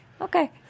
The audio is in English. Okay